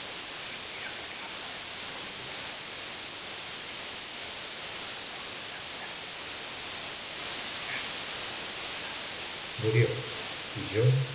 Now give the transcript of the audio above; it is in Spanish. ni siquiera por la muerte completamente sino en razón de la flaqueza de su frágil voluntad murió y yo